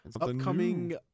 upcoming